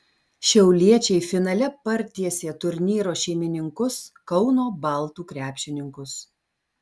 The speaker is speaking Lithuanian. šiauliečiai finale partiesė turnyro šeimininkus kauno baltų krepšininkus